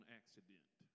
accident